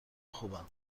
خوبم